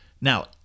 Now